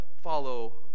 follow